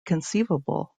conceivable